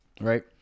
right